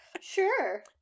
Sure